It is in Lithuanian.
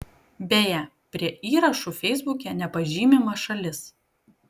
beje prie įrašų feisbuke nepažymima šalis